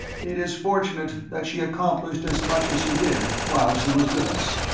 it is fortunate that she accomplished as much as she did, while she was with us.